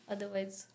Otherwise